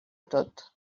tot